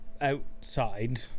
outside